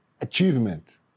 achievement